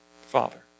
father